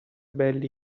belli